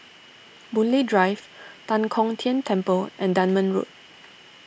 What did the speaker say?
Boon Lay Drive Tan Kong Tian Temple and Dunman Road